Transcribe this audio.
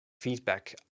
feedback